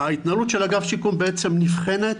ההתנהלות של אגף השיקום בעצם נבחנת,